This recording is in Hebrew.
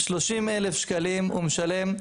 30,000 שקלים הוא משלם.